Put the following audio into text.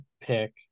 pick